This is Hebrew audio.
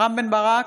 רם בן ברק,